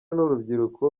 n’urubyiruko